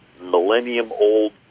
millennium-old